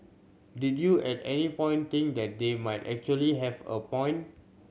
did you at any point think that they might actually have a point